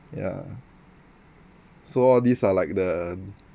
ya so all these are like the